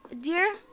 dear